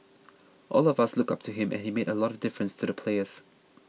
all of us looked up to him and he made a lot of difference to the players